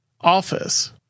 office